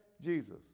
Jesus